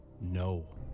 No